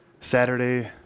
Saturday